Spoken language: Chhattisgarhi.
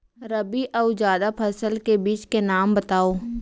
रबि अऊ जादा फसल के बीज के नाम बताव?